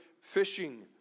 fishing